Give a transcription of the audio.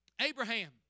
Abraham